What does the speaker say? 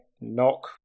knock